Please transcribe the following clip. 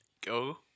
Go